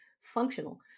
functional